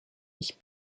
ich